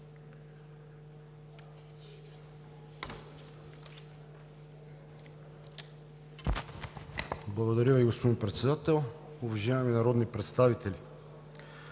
Благодаря, госпожо Председател. Уважаеми народни представители!